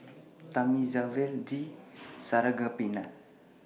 Thamizhavel G Sarangapani